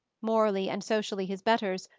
morally and socially his betters,